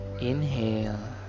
inhale